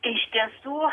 iš tiesų